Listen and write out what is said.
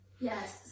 Yes